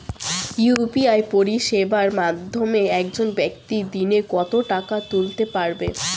UPI পরিষেবার মাধ্যমে একজন ব্যাক্তি দিনে কত টাকা তুলতে পারবে?